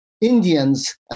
Indians